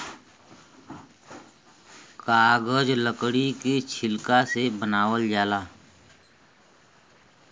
कागज लकड़ी के छिलका से बनावल जाला